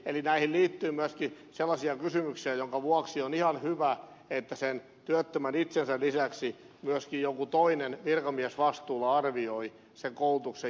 näihin liittyy myöskin sellaisia kysymyksiä jonka vuoksi on ihan hyvä että sen työttömän itsensä lisäksi myöskin joku toinen virkamiesvastuulla arvioi koulutuksen järkevyyden ja mielekkyyden